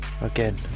Again